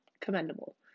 commendable